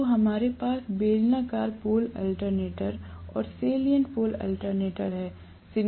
तो हमारे पास बेलनाकार पोल अल्टरनेटर और सैलिएंट पोल अल्टरनेटर हैं